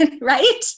Right